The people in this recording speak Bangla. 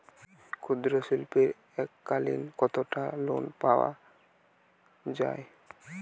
ক্ষুদ্রশিল্পের এককালিন কতটাকা লোন পাওয়া য়ায়?